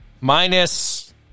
Minus